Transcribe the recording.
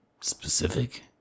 specific